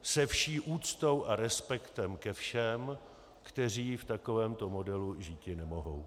Se vší úctou a respektem ke všem, kteří v takovémto modelu žíti nemohou.